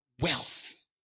wealth